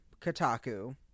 Kotaku